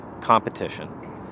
competition